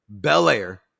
Belair